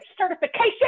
certification